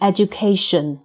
Education